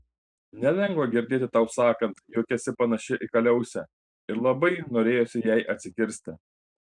nelengva girdėti tau sakant jog esi panaši į kaliausę ir labai norėjosi jai atsikirsti